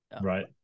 right